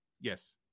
Yes